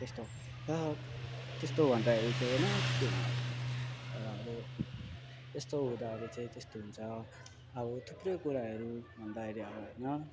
त्यस्तो र त्यस्तो भन्दाखेरि चाहिँ होइन किन अब यस्तो हुँदै अब चहिँ त्यस्तो हुन्छ अब थुप्रै कुराहरू भन्दाखेरि होइन